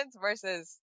versus